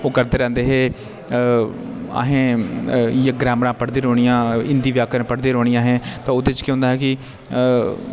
अस ओह् करदे रैह्ंदे हे आहे इ'यै ग्रामर पढ़दे रौह्ंना जां हिंदी व्याकरण पढ़ दी रोह्नी आहे ओह्दे च केह् होंदा हाकी अअअअ